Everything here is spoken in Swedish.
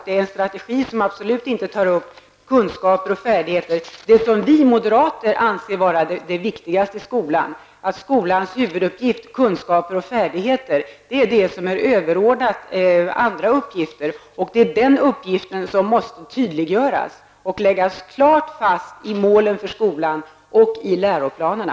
Det är en strategi som absolut inte tar upp kunskaper och färdigheter, vilket vi moderater anser vara det viktigaste i skolan. Skolans huvuduppgift, att förmedla kunskaper och färdigheter, är överordnad andra uppgifter. Den uppgiften måste tydliggöras och klart läggas fast i målen för skolan och i läroplanerna.